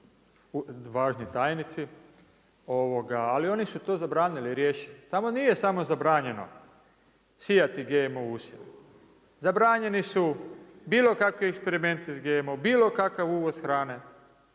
važni tajnici, ali oni su to zabranili, riješili. Tamo nije samo zabranjeno, sijati GMO usjev. Zabranjeni su bilo kakvi eksperimenti s GMO, bilo kakav uvoz hrane